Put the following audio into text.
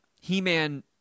He-Man